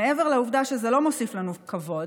מעבר לעובדה שזה לא מוסיף לנו כבוד,